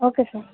okay sir